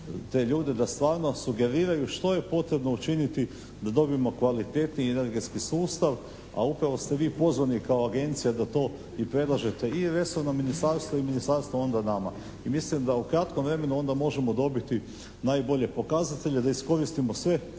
te ljude da stvarno sugeriraju što je potrebno učiniti da dobijemo kvalitetniji energetski sustav, a upravo ste vi pozvani kao Agencija da to i predlažete i resornom ministarstvu i ministarstvo onda nama i mislim da u kratkom vremenu onda možemo dobiti najbolje pokazatelje da iskoristimo sve